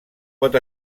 pot